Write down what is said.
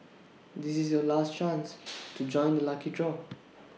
this is your last chance to join the lucky draw